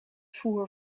voer